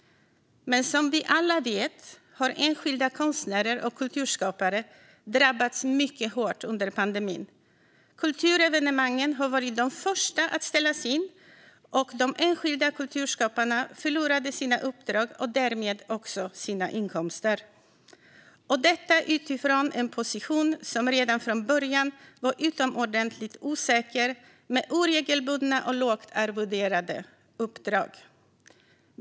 Men som vi alla vet har enskilda konstnärer och kulturskapare drabbats mycket hårt under pandemin. Kulturevenemangen var de första att ställas in, och de enskilda kulturskaparna förlorade sina uppdrag och därmed också sina inkomster, och detta utifrån en position som redan från början var utomordentligt osäker med oregelbundna och lågt arvoderade uppdrag.